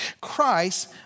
Christ